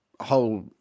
whole